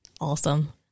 Awesome